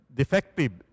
defective